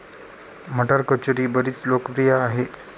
मटार कचोरी बरीच लोकप्रिय आहे